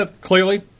clearly